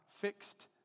fixed